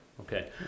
okay